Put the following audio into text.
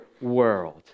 world